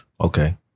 Okay